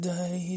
Day